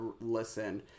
listen